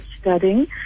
studying